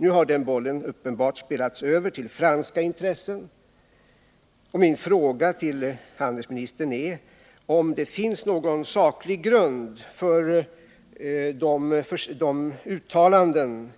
Nu har den bollen uppenbarligen spelats över till franska intressen. Min fråga till handelsministern är om det finns någon saklig grund för de uttalanden